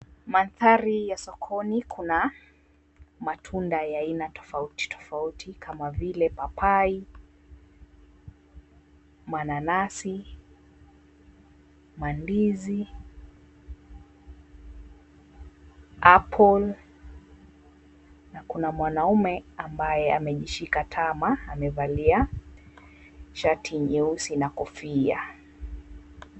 Mandhari ya sokoni kuna matunda ya aina tofauti tofauti kama vile paipai, mananasi, mandizi, apple na kuna mwanaume ambaye amejishika tama amevalia shati nyeusi na kofia.